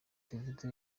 davido